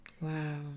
Wow